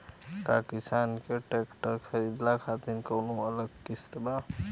का किसान के ट्रैक्टर खरीदे खातिर कौनो अलग स्किम बा?